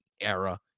era